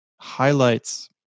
highlights